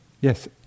yes